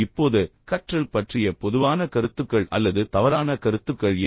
இப்போது கற்றல் பற்றிய பொதுவான கருத்துக்கள் அல்லது தவறான கருத்துக்கள் என்ன